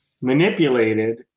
manipulated